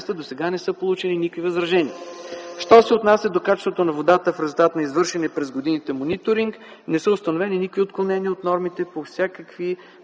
дава сигнал за изтичане на времето.) Що се отнася до качеството на водата в резултат на извършения през годините мониторинг не са установени никакви отклонения от нормите по всякакви